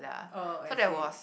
oh I see